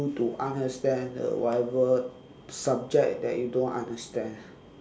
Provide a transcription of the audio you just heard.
you to understand the whatever subject that you don't understand